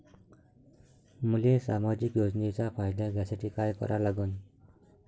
मले सामाजिक योजनेचा फायदा घ्यासाठी काय करा लागन?